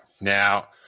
Now